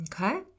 Okay